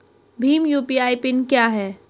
Bhim UPI PIN क्या है?